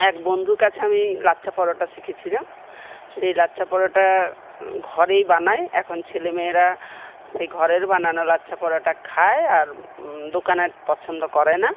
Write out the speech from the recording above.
এক বন্ধু কাছে আমি লাচ্চা পরোটা শিখেছিলাম সেই লাচ্চা পরোটা ঘরেই বানায় এখন ছেলেমেয়েরা সে ঘরের বানানো লাচ্চা পরোটা খায় আর দোকানের পছন্দ করে না